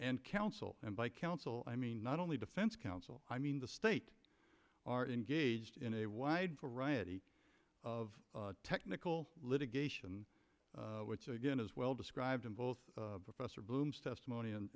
and counsel and by counsel i mean not only defense counsel i mean the state are engaged in a wide variety of technical litigation which again is well described in both professor bloom's testimony and